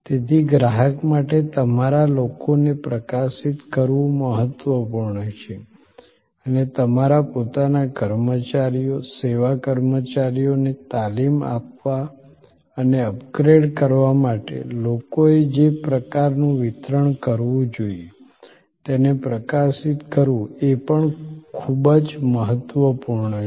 તેથી ગ્રાહક માટે તમારા લોકોને પ્રકાશિત કરવું મહત્વપૂર્ણ છે અને તમારા પોતાના કર્મચારીઓ સેવા કર્મચારીઓને તાલીમ આપવા અને અપગ્રેડ કરવા માટે લોકોએ જે પ્રકારનું વિતરણ કરવું જોઈએ તેને પ્રકાશિત કરવું એ પણ ખૂબ જ મહત્વપૂર્ણ છે